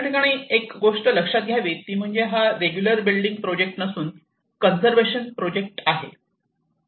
याठिकाणी एक गोष्ट लक्षात घ्यावी ती म्हणजे हा रेग्युलर बिल्डींग प्रोजेक्ट नसून कन्सर्वेशन प्रोजेक्ट Conservation project